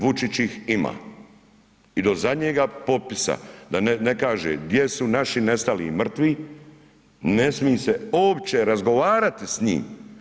Vučić ih ima i do zadnjega popisa, da ne kaže gdje su naši nestali i mrtvi, ne smije se uopće razgovarati s njim.